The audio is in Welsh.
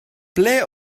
ble